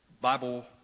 Bible